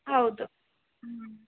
ಹೌದು ಹ್ಞೂ